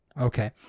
Okay